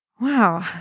Wow